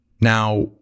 Now